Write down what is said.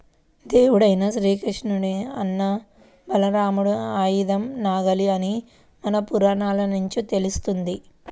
దేవుడైన శ్రీకృష్ణుని అన్న బలరాముడి ఆయుధం నాగలి అని మన పురాణాల నుంచి తెలుస్తంది